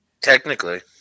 Technically